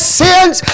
sins